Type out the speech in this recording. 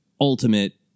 ultimate